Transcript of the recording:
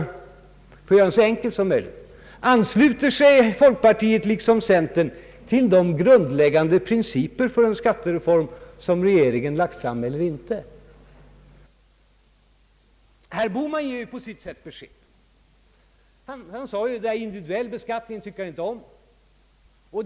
Jag skall göra den så enkel som möjligt: ”Ansluter sig folkpartiet liksom centern till de grundläggande principer för en skattereform som regeringen lagt fram, eller inte?” Herr Bohman ger ju på sitt sätt besked. Han sade att han inte tycker om individuell beskattning.